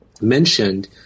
mentioned